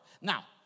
Now